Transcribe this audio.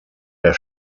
der